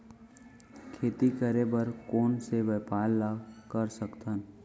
खेती करे बर कोन से व्यापार ला कर सकथन?